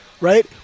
right